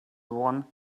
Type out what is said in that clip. one